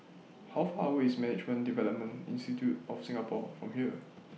How Far away IS Management Development Institute of Singapore from here